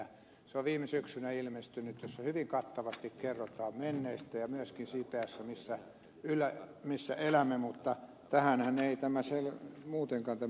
se on viime syksynä ilmestynyt ja siinä hyvin kattavasti kerrotaan menneistä ja myöskin siitä ajasta missä elämme mutta tähänhän ei muutenkaan tämä selonteko oikein pysty